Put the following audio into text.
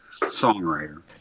songwriter